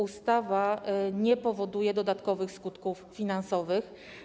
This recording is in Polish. Ustawa nie powoduje dodatkowych skutków finansowych.